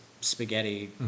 spaghetti